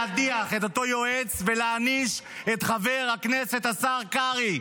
להדיח את אותו יועץ ולהעניש את חבר הכנסת השר קרעי.